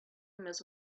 emails